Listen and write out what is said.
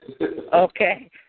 Okay